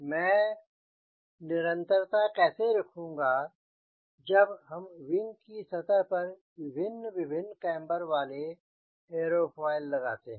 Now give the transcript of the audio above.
मैं निरंतरता कैसे रखूँगा जब हम विंग की सतह पर विभिन्न विभिन्न केम्बर वाले एयरोफॉयल लगाते हैं